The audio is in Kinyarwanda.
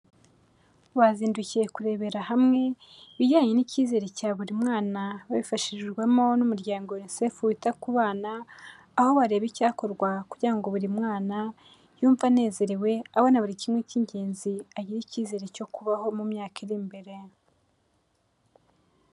Bazindukiye kurebera hamwe ibijyanye n'icyizere cya buri mwana babifashijwemo n'umuryango unicef wita ku bana, aho bareba icyakorwa kugira ngo buri mwana yumve anezerewe, abona buri kimwe cy'ingenzi, agire icyizere cyo kubaho mu myaka iri imbere.